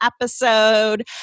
episode